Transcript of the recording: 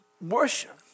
worship